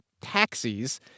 taxis